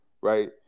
right